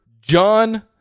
John